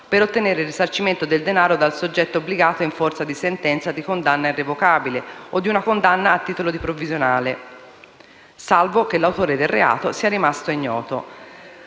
per ottenere il risarcimento del danno dal soggetto obbligato in forza di sentenza di condanna irrevocabile o di una condanna a titolo di provvisionale, salvo che l'autore del reato sia rimasto ignoto.